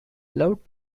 loved